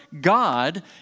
God